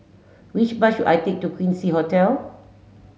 which bus should I take to Quincy Hotel